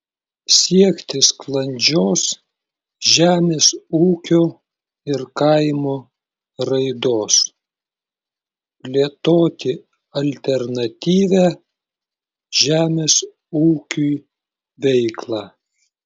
siekti sklandžios žemės ūkio ir kaimo raidos plėtoti alternatyvią žemės ūkiui veiklą